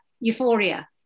euphoria